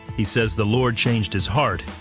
he says the lord changed his heart,